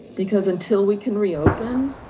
because until we can reopen,